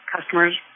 customers